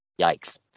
Yikes